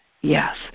yes